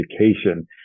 education